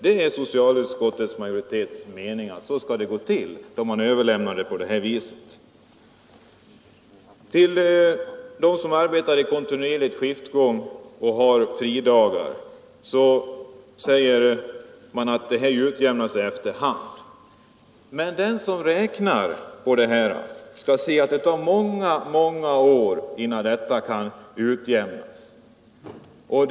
Det är socialutskottets majoritets mening att det skall gå på det sättet, då man nu överlämnar frågan för utredning. Till dem som arbetar i kontinuerlig skiftgång och har fridagar, som infaller under semestern, säger man att denna nackdel utjämnas efter hand. Men den som räknar på detta skall se att det tar många år innan en sådan utjämning kan ske.